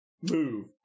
move